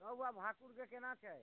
रोहु आ भाकुरके केना छै